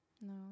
no